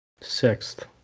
Sixth